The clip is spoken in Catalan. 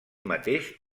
mateix